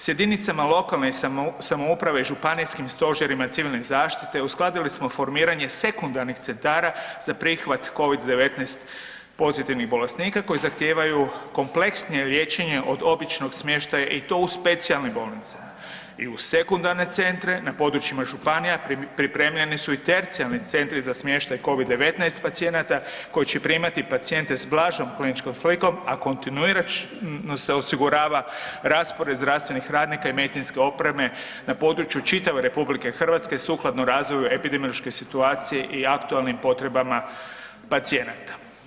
S jedinicama lokalne samouprave i županijskim stožerima civilne zaštite uskladili smo formiranje sekundarnih centara za prihvat Covid-19 pozitivnih bolesnika koji zahtijevaju kompleksnije liječenje od običnog smještaja i to u specijalnoj bolnici i u sekundarne centre na područjima županija pripremljeni su i tercijalni centri za smještaj Covid-19 pacijenata koji će primati pacijente s blažom kliničkom slikom, a kontinuirano se osigurava raspored zdravstvenih radnika i medicinske opreme na području čitave RH sukladno razvoju epidemiološkoj situaciji i aktualnim potrebama pacijenata.